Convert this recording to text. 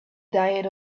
diet